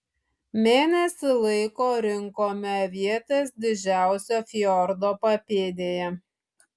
mėnesį laiko rinkome avietes didžiausio fjordo papėdėje